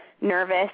nervous